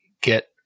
get